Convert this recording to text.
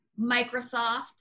Microsoft